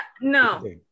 no